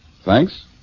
Thanks